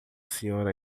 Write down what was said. senhora